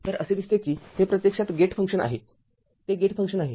तर असे दिसते की हे प्रत्यक्षात गेट फंक्शन आहे ते गेट फंक्शन आहे